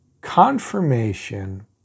confirmation